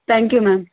thank you ma'am